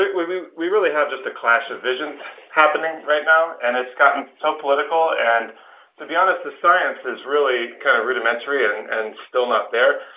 we we really have just a clash of visions happening right now, and it's gotten so political. and to be honest, the science is really kind of rudimentary ah and and still not there.